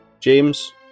James